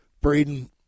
Braden